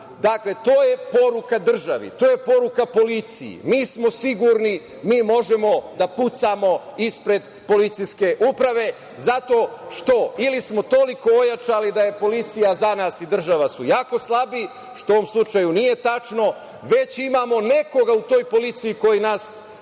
dakle, to je poruka državi, to je poruka policiji - mi smo sigurni, mi možemo da pucamo ispred policijske uprave zato što ili smo toliko ojačali da je policija za nas i država su jako slabi, što u ovom slučaju nije tačno, već imamo nekoga u toj policiji koji nas